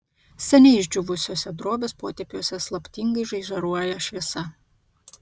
seniai išdžiūvusiuose drobės potėpiuose slaptingai žaižaruoja šviesa